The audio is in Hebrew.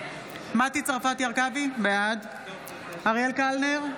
מטי צרפתי הרכבי, בעד אריאל קלנר,